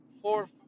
four